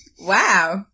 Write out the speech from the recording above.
Wow